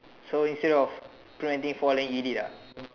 so instead of throwing anything fall then eat it ah